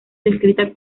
descrita